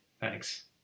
Thanks